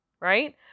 Right